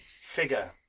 figure